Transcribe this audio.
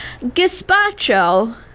Gazpacho